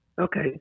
Okay